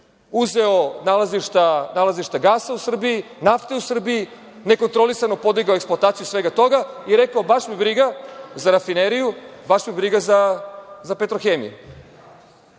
uzeo nalazišta gasa u Srbiji, naftu u Srbiji, nekontrolisano podigao eksploataciju svega toga i rekao – baš me briga za „Rafineriju“, baš me briga za „Petrohemiju“,